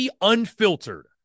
Unfiltered